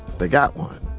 they got one.